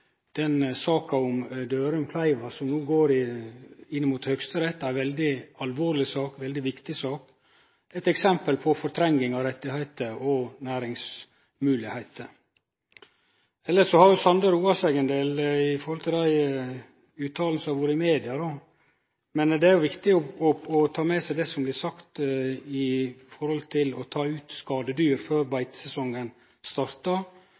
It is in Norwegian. saka til Dørum og Kleiva, som no er anka inn for Høgsterett – ei veldig alvorleg og viktig sak. Det er eit eksempel på fortrenging av rettar og næringsmoglegheiter. Elles har representanten Sande roa seg ein del i høve til dei uttalane som har kome i media. Men det er viktig å ta med seg det som blir sagt om å ta ut skadedyr